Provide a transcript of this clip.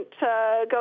go